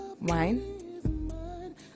Wine